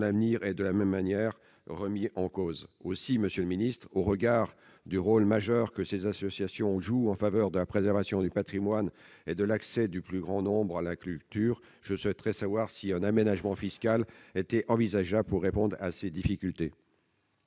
l'avenir est, de la même manière, remis en cause. Aussi, monsieur le secrétaire d'État, au regard du rôle majeur que ces associations jouent en faveur de la préservation du patrimoine et de l'accès du plus grand nombre à la culture, je souhaiterais savoir si un aménagement fiscal était envisageable pour répondre à ces difficultés.